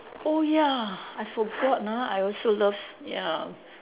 oh ya I forgot lah I also love ya